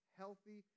healthy